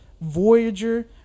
Voyager